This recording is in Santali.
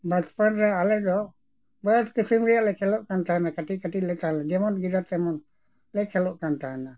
ᱵᱟᱪᱯᱟᱱ ᱨᱮ ᱟᱞᱮ ᱫᱚ ᱵᱟᱹᱫ ᱠᱤᱥᱤᱢ ᱨᱮᱭᱟᱜ ᱞᱮ ᱠᱷᱮᱞᱳᱜ ᱠᱟᱱ ᱛᱟᱦᱮᱱᱟ ᱠᱟᱹᱴᱤᱡ ᱠᱟᱹᱴᱤᱡ ᱞᱮ ᱛᱟᱦᱮᱞᱮᱱᱟ ᱡᱮᱢᱚᱱ ᱜᱤᱫᱟᱹᱨ ᱛᱮᱢᱚᱱ ᱞᱮ ᱠᱷᱮᱞᱳᱜ ᱠᱟᱱ ᱛᱟᱦᱮᱱᱟ